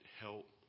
help